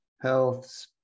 health